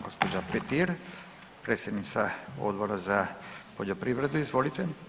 Gđa. Petir, predsjednica Odbora za poljoprivredu, izvolite.